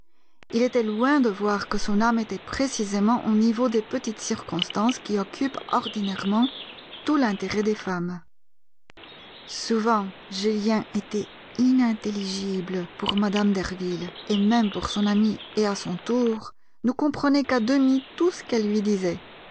il était loin de voir que son âme était précisément au niveau des petites circonstances qui occupent ordinairement tout l'intérêt des femmes souvent julien était inintelligible pour mme derville et même pour son amie et à son tour ne comprenait qu'à demi tout ce qu'elles lui disaient